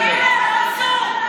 תחייך, מנסור.